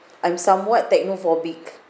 I'm somewhat technophobic